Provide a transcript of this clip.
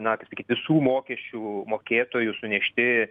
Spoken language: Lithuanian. na kaip sakyt visų mokesčių mokėtojų sunešti